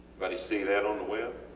but see that on the web?